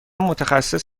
متخصص